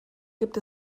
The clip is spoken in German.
gibt